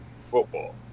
football